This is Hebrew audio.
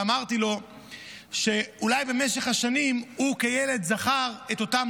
ואמרתי לו שאולי במשך השנים הוא כילד זכר את אותם